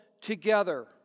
together